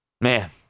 Man